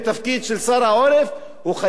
הוא חייב ללכת לקדימה,